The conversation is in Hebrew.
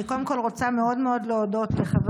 אני קודם כול רוצה להודות מאוד לחבר